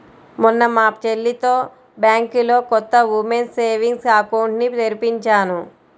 మొన్న మా చెల్లితో బ్యాంకులో కొత్త ఉమెన్స్ సేవింగ్స్ అకౌంట్ ని తెరిపించాను